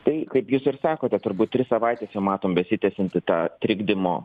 tai kaip jūs ir sakote turbūt tris savaites jau matom besitęsiantį tą trikdymo